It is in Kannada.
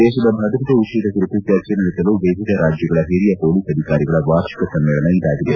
ದೇಶದ ಭದ್ರತೆ ವಿಷಯದ ಕುರಿತು ಚರ್ಚೆ ನಡೆಸಲು ವಿವಿಧ ರಾಜ್ಯಗಳ ಹಿರಿಯ ಪೊಲೀಸ್ ಅಧಿಕಾರಿಗಳ ವಾರ್ಷಿಕ ಸಮ್ಮೇಳನ ಇದಾಗಿದೆ